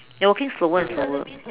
you're walking slower and slower